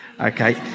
okay